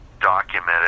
documented